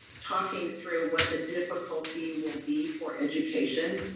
talking through what the difficulty will be for education,